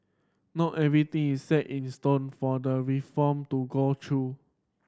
not everything is set in stone for the reform to go through